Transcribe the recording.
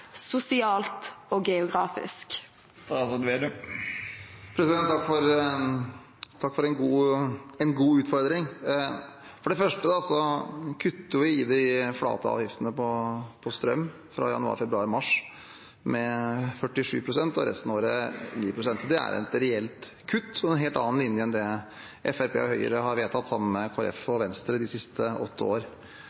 sosialt og geografisk. Takk for en god utfordring. For det første kutter vi i de flate avgiftene på strøm fra januar, februar og mars med 47 pst. og resten av året med 9 pst. Det er et reelt kutt og en helt annen linje enn det Fremskrittspartiet og Høyre har vedtatt sammen med